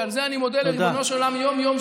ועל זה אני מודה לריבונו של עולם יום-יום,